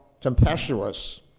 tempestuous